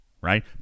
Right